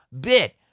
bit